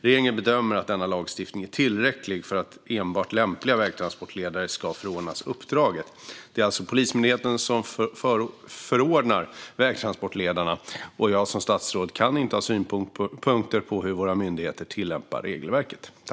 Regeringen bedömer att denna lagstiftning är tillräcklig för att enbart lämpliga vägtransportledare ska förordnas uppdraget. Det är alltså Polismyndigheten som förordnar vägtransportledarna, och jag som statsråd kan inte ha synpunkter på hur våra myndigheter tillämpar regelverket.